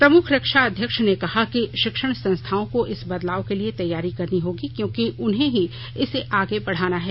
प्रमुख रक्षा अध्यक्ष ने कहा कि शिक्षण संस्थाओं को इस बदलाव के लिए तैयारी करनी होगी क्योंकि उन्हें ही इसे आगे बढ़ाना है